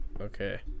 Okay